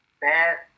bad